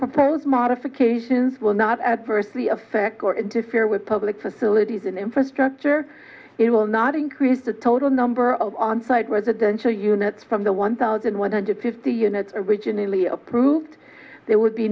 proposed modifications will not adversely effect or interfere with public facilities and infrastructure it will not increase the total number of onsite residential units from the one thousand one hundred fifty units originally approved there would be